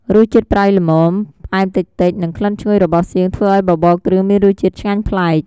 រសជាតិប្រៃល្មម ផ្អែមតិចៗ និងក្លិនឈ្ងុយរបស់សៀងធ្វើឱ្យបបរគ្រឿងមានរសជាតិឆ្ងាញ់ប្លែក។